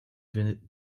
vinden